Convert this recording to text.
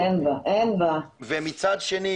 ומצד שני